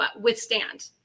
withstand